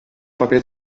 paper